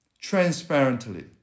transparently